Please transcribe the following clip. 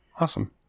Awesome